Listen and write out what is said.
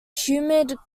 humid